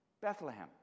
Bethlehem